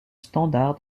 standard